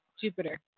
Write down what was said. Jupiter